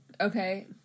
Okay